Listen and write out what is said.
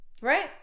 Right